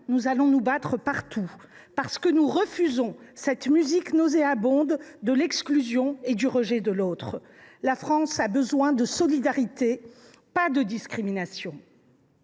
nous allons nous battre partout, parce que nous refusons cette musique nauséabonde de l’exclusion et du rejet de l’autre ! La France a besoin de solidarité, pas de discrimination